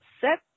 set